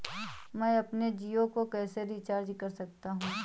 मैं अपने जियो को कैसे रिचार्ज कर सकता हूँ?